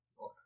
Okay